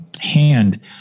hand